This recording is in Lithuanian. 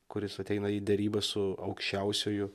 kuris ateina į derybas su aukščiausiuoju